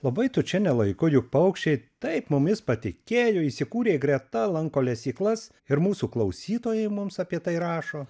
labai tu čia ne laiku juk paukščiai taip mumis patikėjo įsikūrė greta lanko lesyklas ir mūsų klausytojai mums apie tai rašo